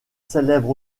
célèbre